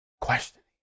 questioning